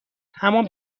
همان